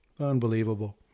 unbelievable